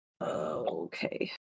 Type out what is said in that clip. Okay